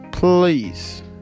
Please